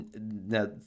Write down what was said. Now